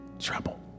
trouble